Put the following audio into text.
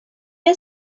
est